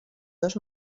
dos